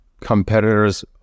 competitors